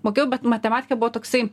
mokėjau bet matematika buvo toksai